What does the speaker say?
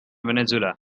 venezuela